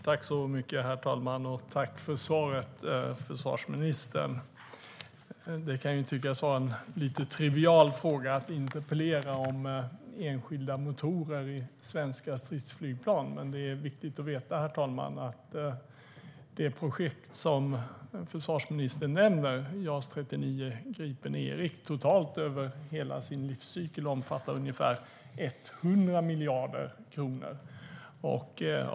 Herr talman! Tack, försvarsministern, för svaret! Det kan tyckas vara en lite trivial fråga att interpellera om enskilda motorer i svenska stridsflygplan, men det är viktigt att veta att det projekt som försvarsministern nämner, JAS 39E, totalt över hela sin livscykel omfattar ungefär 100 miljarder kronor.